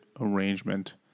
arrangement